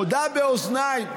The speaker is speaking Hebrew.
הודה באוזניי,